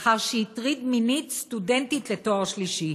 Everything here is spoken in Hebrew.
לאחר שהטריד מינית סטודנטית לתואר שלישי.